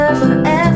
forever